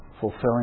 fulfilling